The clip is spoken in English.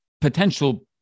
potential